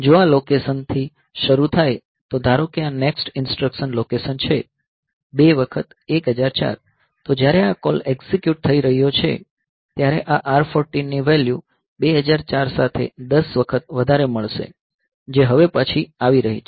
જો આ લોકેશન થી શરૂ થાય તો ધારો કે આ નેક્સ્ટ ઇન્સટ્રકશન લોકેશન છે બે વખત 1004 તો જ્યારે આ કૉલ એક્ઝિક્યુટ થઈ રહ્યો છે ત્યારે આ R 14 ની વેલ્યૂ 2004 સાથે 10 વખત વધારે મળશે જે હવે પાછી આવી રહી છે